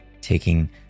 taking